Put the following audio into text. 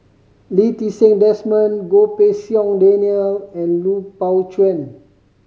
Lee Ti Seng Desmond Goh Pei Siong Daniel and Lui Pao Chuen